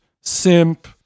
simp